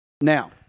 Now